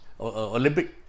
Olympic